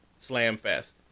Slamfest